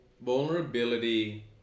vulnerability